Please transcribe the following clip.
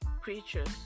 creatures